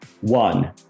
one